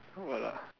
what lah